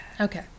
Okay